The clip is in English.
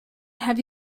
have